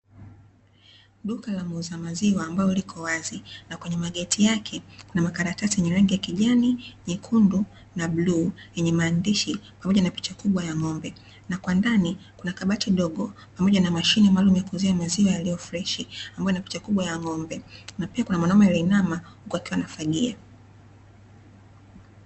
Duka la muuza maziwa ambalo liko wazi, na kwenye mageti yake kuna makaratasi yenye rangi ya kijani, nyekundu na bluu yenye maandishi pamoja na picha kubwa ya ng'ombe, na kwa ndani kuna kabati ndogo pamoja na mashine maalumu ya kuuzia maziwa yaliyo freshi ambayo ina picha kubwa ya ng'ombe, na pia kuna mwanaume aliyeinama huku akiwa anafagia.